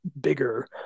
bigger